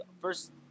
first